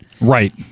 Right